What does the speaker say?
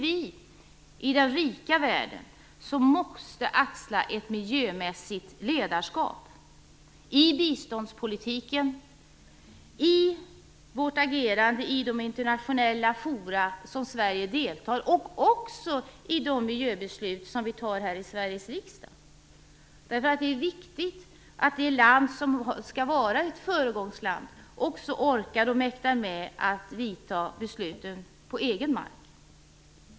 Vi i den rika världen måste axla ett miljömässigt ledarskap - i biståndspolitiken, i vårt agerande i de internationella forum som Sverige deltar i och även i de miljöbeslut som vi fattar här i Sveriges riksdag. Det är viktigt att det land som skall vara föregångsland också orkar och mäktar med att fatta beslut på egen mark.